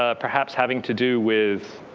ah perhaps having to do with